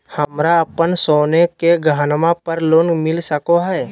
हमरा अप्पन सोने के गहनबा पर लोन मिल सको हइ?